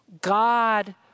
God